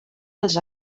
els